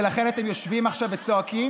ולכן אתם יושבים עכשיו וצועקים,